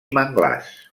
manglars